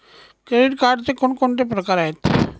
Credit कार्डचे कोणकोणते प्रकार आहेत?